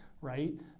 right